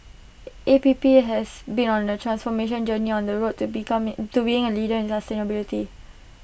A P P has been on A transformation journey on the road to becoming to being A leader in sustainability